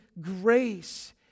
grace